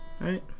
right